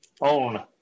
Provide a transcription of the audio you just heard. own